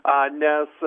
a nes